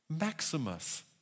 Maximus